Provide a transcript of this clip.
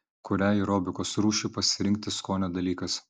kurią aerobikos rūšį pasirinkti skonio dalykas